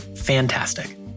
Fantastic